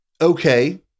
okay